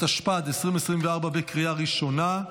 התשפ"ד 2024, בקריאה ראשונה.